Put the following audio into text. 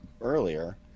earlier